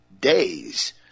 days